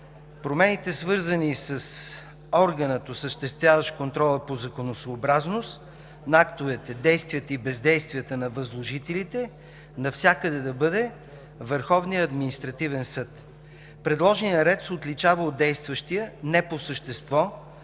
промените, свързани с органа, осъществяващ контрола по законосъобразност на актовете, действията и бездействията на възложителите, навсякъде да бъде Върховният административен съд. Предложеният ред се отличава от действащия не по същество,